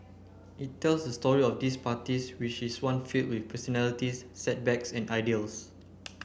it tells the story of these parties which is one filled with personalities setbacks and ideals